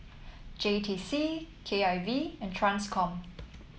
J T C K I V and Transcom